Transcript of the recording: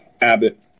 Abbott